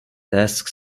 task